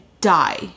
die